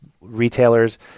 retailers